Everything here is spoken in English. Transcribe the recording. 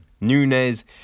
Nunez